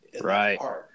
right